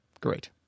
Great